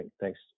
thanks